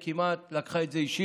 היא כמעט לקחה את זה אישית,